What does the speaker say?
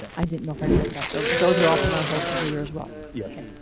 ah i didn't know if i read that, so those are all put on hold for the year as well. yes,